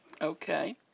Okay